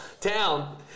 town